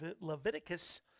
Leviticus